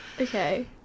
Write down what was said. Okay